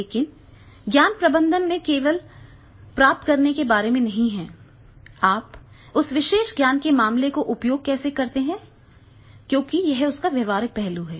लेकिन ज्ञान प्रबंधन में यह केवल प्राप्त करने के बारे में नहीं है आप उस विशेष ज्ञान के मामले का उपयोग कैसे करते हैं क्योंकि यह इसका व्यावहारिक पहलू है